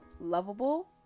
lovable